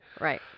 Right